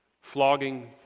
flogging